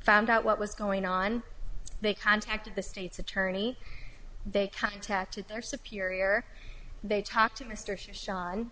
found out what was going on they contacted the state's attorney they contacted their superior they talked to mr s